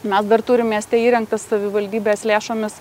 mes dar turim mieste įrengtas savivaldybės lėšomis